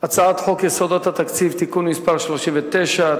הצעת חוק יסודות התקציב (תיקון מס' 39),